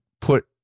put